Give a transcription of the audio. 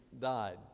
died